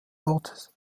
ortes